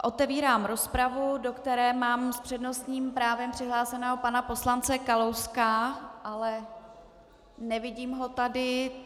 Otevírám rozpravu, do které mám s přednostním právem přihlášeného pana poslance Kalouska, ale nevidím ho tady.